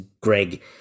Greg